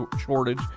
shortage